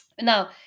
Now